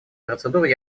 процедур